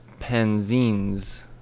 Panzines